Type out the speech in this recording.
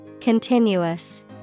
Continuous